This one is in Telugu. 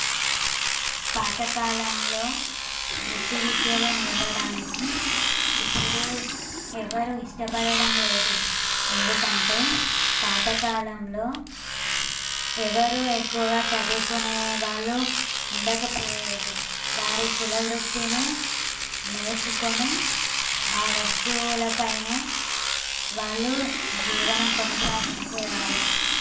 పాతకాలంలో వృత్తివిద్యలు నేర్వడానికి ఇప్పుడు ఎవరు ఇష్టపడడం లేదు ఎందుకంటే పాతకాలంలో ఎవరు ఎక్కువగా చదువుకునేవాళ్ళు ఉండకపోయేది వారి కులవృత్తినే నేర్చుకొని ఆ వస్తువుల పైనే వాళ్ళు జీవనం కొనసాగించేవారు